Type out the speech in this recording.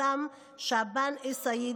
הישאם שעאבן א-סייד,